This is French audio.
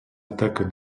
attaque